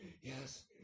Yes